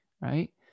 right